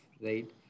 right